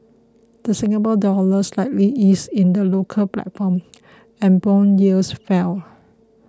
the Singapore Dollar slightly eased in the local platform and bond yields fell